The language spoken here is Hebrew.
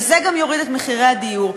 וזה גם יוריד את מחירי הדיור,